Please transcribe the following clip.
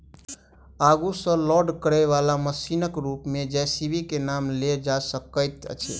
आगू सॅ लोड करयबाला मशीनक रूप मे जे.सी.बी के नाम लेल जा सकैत अछि